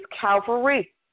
Calvary